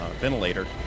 ventilator